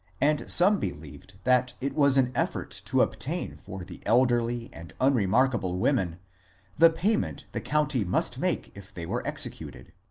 and some believed that it was an effort to obtain for the elderly and unmarketable women the payment the county must make if they were executed.